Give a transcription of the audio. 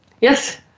Yes